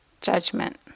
judgment